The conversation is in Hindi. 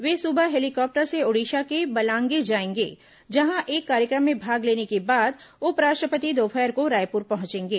वे सुबह हेलीकॉप्टर से ओड़िशा के बलांगीर जाएंगे जहां एक कार्यक्रम में भाग लेने के बाद उपराष्ट्रपति दोपहर को रायपुर पहुंचेंगे